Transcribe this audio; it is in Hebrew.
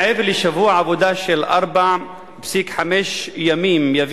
מעבר לשבוע עבודה של ארבעה וחצי ימים יביא